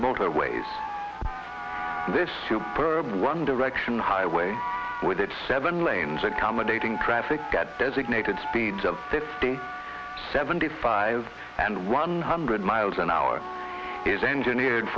motorways this super one direction highway with its seven lanes accommodating traffic get designated speeds of fifty seventy five and one hundred miles an hour is engineered